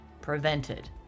prevented